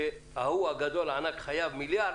כשההוא, הגדול, הענק, חייב מיליארד,